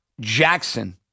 Jackson